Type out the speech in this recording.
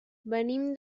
venim